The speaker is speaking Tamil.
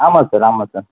ஆமாம் சார் ஆமாம் சார்